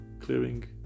clearing